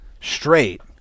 straight